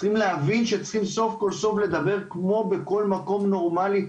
צריכים להבין שצריך סוף כל סוף לדבר כמו בכל מקום נורמלי,